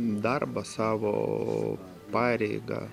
darbą savo pareigą